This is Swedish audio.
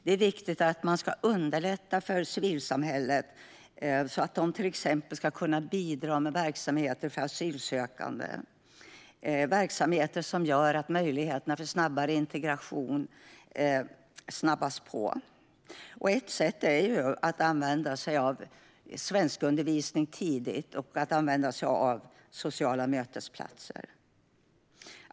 Det är viktigt att underlätta för civilsamhället att kunna bidra till verksamheter för asylsökande och verksamheter som förbättrar möjligheterna till en snabbare integration. Ett sätt är att använda sig av tidig svenskundervisning och sociala mötesplatser.